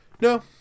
No